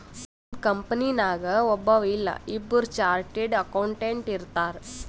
ಒಂದ್ ಕಂಪನಿನಾಗ್ ಒಬ್ಬವ್ ಇಲ್ಲಾ ಇಬ್ಬುರ್ ಚಾರ್ಟೆಡ್ ಅಕೌಂಟೆಂಟ್ ಇರ್ತಾರ್